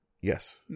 Yes